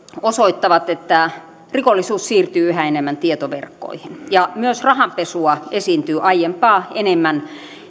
osoittavat että rikollisuus siirtyy yhä enemmän tietoverkkoihin ja myös rahanpesua esiintyy aiempaa enemmän